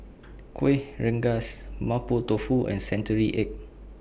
Kuih Rengas Mapo Tofu and Century Egg